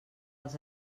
als